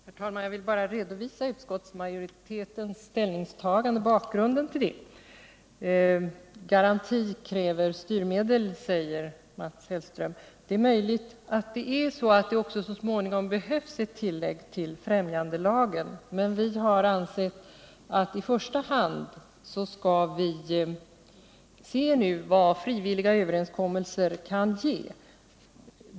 Herr talman! Jag vill bara redovisa utskottsmajoritetens ställningstagande och bakgrunden till detta. Mats Hellström säger att garanti kräver styrmedel. Det är möjligt att det så småningom behövs ett tillägg till främjandelagen, men vi har ansett att vi i första hand måste undersöka vad frivilliga överenskommelser kan ge.